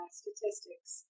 statistics